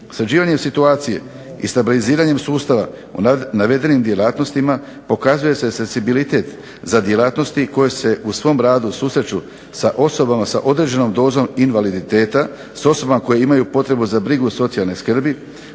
Sređivanjem situacije i stabiliziranjem sustava u navedenim djelatnostima pokazuje se senzibilitet za djelatnosti koje se u svom radu susreću sa osobama sa određenom dozom invaliditeta, s osobama koje imaju potrebu za brigu od Socijalne skrbi,